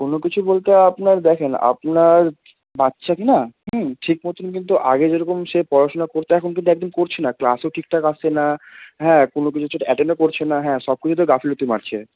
অন্য কিছু বলতে আপনার দেখেন আপনার বাচ্ছাকে না হুম ঠিক মতন কিন্তু আগে যেরকম সে পড়াশুনা করতো এখন কিন্তু একদম করছে না আর ক্লাসও ঠিকঠাক আসছে না হ্যাঁ কোনো কিছু সেটা অ্যাটেন্ডও করছে না হ্যাঁ সব কিছুতে গাফিলতি মারছে